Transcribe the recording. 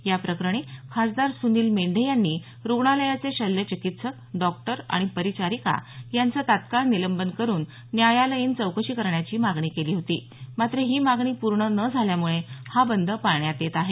याप्रकरणी खासदार सुनिल मेंढे यांनी रूग्णालयाचे शल्य चिकित्सक डॉक्टर आणि पारिचारिका यांचं तात्काळ निलंबन करून न्यायालयीन चौकशी करण्याची मागणी केली होती मात्र ही मागणी पूर्ण न झाल्यामुळे हा बंद पाळण्यात येत आहे